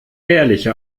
ehrliche